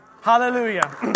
Hallelujah